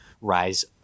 rise